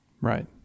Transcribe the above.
right